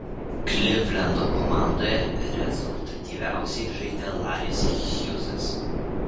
klivlendo komandoje rezultatyviausiai žaidė laris hjūzas